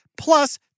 plus